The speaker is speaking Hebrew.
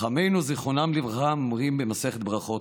חכמינו זיכרונם לברכה אומרים במסכת ברכות: